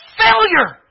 failure